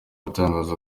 atangaza